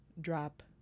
drop